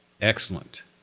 Excellent